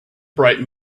bright